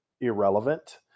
irrelevant